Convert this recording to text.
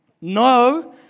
No